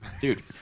Dude